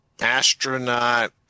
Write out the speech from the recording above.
Astronaut